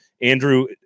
Andrew